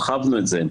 הרחבנו את זה.